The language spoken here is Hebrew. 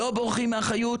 לא בורחים מאחריות,